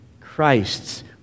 Christ's